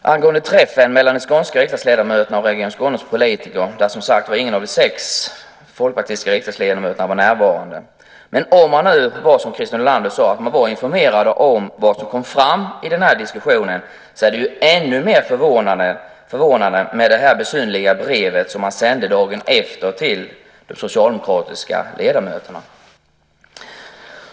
Herr talman! Vid träffen mellan de skånska riksdagsledamöterna och Region Skånes politiker var som sagt ingen av de sex folkpartistiska riksdagsledamöterna närvarande. Om man nu, som Christer Nylander sade, var informerad om vad som kom fram i diskussionen är det ännu mer förvånande med det besynnerliga brevet som man sände dagen efter till de socialdemokratiska ledamöterna.